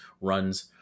runs